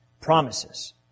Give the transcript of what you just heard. promises